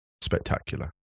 spectacular